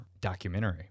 documentary